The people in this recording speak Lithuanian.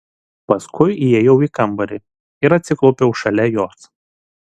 paskui įėjau į kambarį ir atsiklaupiau šalia jos